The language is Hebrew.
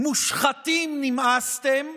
"מושחתים, נמאסתם",